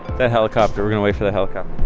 that helicopter. we're gonna wait for that helicopter.